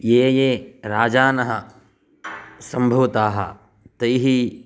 ये ये राजानः सम्भवताः तैः